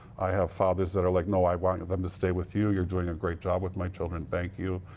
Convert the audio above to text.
i have fathers that are like, no, i want them to stay with you. you're doing a great job with my children. thank you.